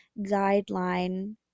guideline